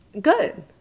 good